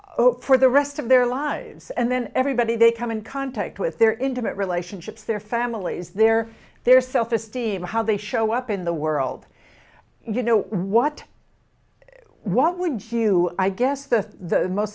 hope for the rest of their lives and then everybody they come in contact with their intimate relationships their families their their self esteem how they show up in the world you know what what would you i guess the